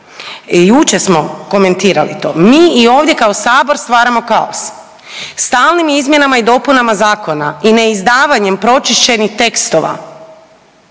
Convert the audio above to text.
jučer smo komentirali to, mi i ovdje kao Sabor stvaramo kaos stalnim izmjenama i dopunama zakona i neizdavanja pročišćenih tekstova,